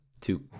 two